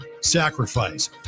sacrifice